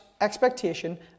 expectation